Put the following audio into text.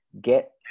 get